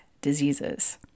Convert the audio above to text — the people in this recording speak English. diseases